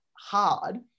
hard